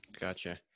gotcha